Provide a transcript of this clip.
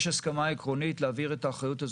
יש הסכמה עקרונית להעביר את האחריות על